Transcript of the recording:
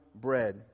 bread